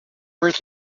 worth